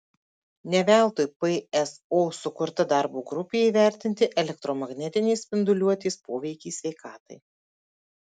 ne veltui pso sukurta darbo grupė įvertinti elektromagnetinės spinduliuotės poveikį sveikatai